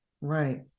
Right